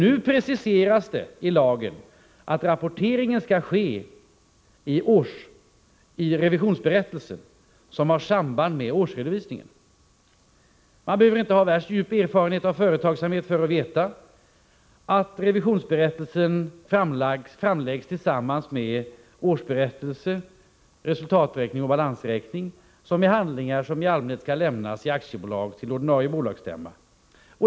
Nu preciseras det nämligen i lagen att rapporteringen skall ske i revisionsberättelsen, som har samband med årsredovisningen. Man behöver inte ha värst djup erfarenhet av företagsamhet för att veta att revisionsberättelsen framläggs tillsammans med årsberättelse, resultaträkning och balansräkning, vilket är handlingar som i aktiebolag i allmänhet skall lämnas till ordinarie bolagsstämma.